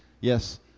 Yes